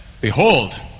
Behold